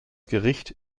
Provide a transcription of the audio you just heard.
gericht